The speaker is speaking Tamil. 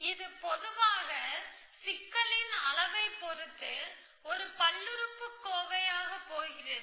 இது பொதுவாக சிக்கலின் அளவைப் பொறுத்து ஒரு பல்லுறுப்புக்கோவையாகப் போகிறது